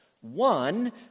One